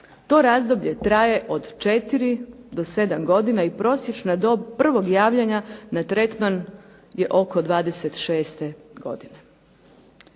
To razdoblje traje od 4 do 7 godina i prosječna dob prvog javljanja na tretman je oko 26. godine,